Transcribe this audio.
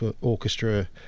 Orchestra